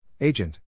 Agent